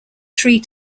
three